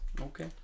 Okay